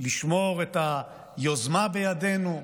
לשמור את היוזמה בידינו,